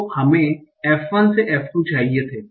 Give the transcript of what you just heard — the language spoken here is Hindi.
तो हमे f 1 और f 2 चाहिए थे